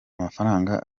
amafaranga